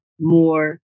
more